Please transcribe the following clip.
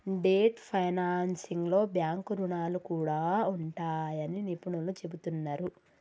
debt ఫైనాన్సింగ్లో bank రుణాలు కూడా ఉంటాయని నిపుణులు చెబుతున్నరు